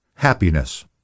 HAPPINESS